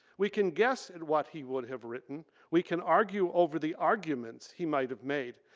we can guess at what he would have written. we can argue over the arguments he might have made.